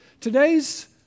Today's